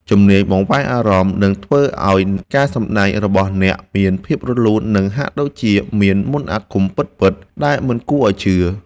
ជំនាញបង្វែរអារម្មណ៍នឹងធ្វើឱ្យការសម្តែងរបស់អ្នកមានភាពរលូន និង ហាក់ដូចជាមានមន្តអាគមពិតៗដែលមិនគួរឱ្យជឿ។